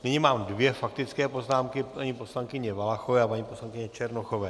Nyní mám dvě faktické poznámky paní poslankyně Valachové a paní poslankyně Černochové.